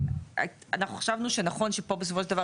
אנחנו חשבנו שבסופו של דבר,